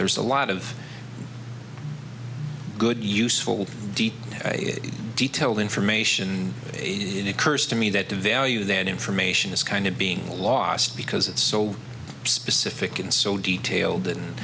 there's a lot of good useful deep detailed information in occurs to me that the value that information is kind of being lost because it's so specific and so detailed and